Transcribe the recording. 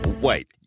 Wait